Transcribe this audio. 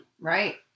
Right